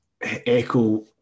echo